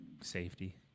safety